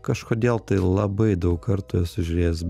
kažkodėl tai labai daug kartų esu žiūrėjęs